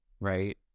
right